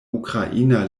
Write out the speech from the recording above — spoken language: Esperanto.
ukraina